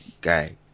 guy